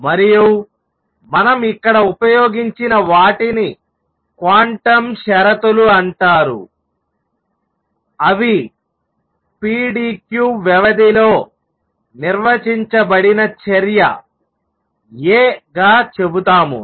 మరియు మనం ఇక్కడ ఉపయోగించిన వాటిని క్వాంటం షరతులు అంటారు అవి pdq వ్యవధిలో నిర్వచించబడిన చర్య 'a' గా చెబుతాము